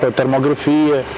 termografia